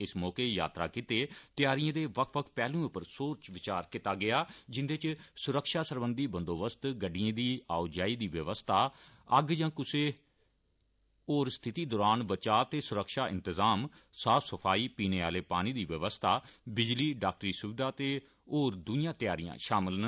इस मौके यात्रा गितै त्यारियें दे बक्ख बक्ख पैहलुएं पर सोच विचार कीता गेया जिन्दे च सुरक्षा सरबंधी बंदोबस्त गड्डियें दी आओ जाई दी व्यवस्था अग्ग या कुसै होर स्थिति दरान बचाव ते सुरक्षा इंतजाम साफ सफाई पीने आले पानी दी व्यवस्था बिजली डाक्टरी सुविधां ते होर द्इयां त्यारियां शामल न